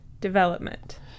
development